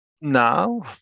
now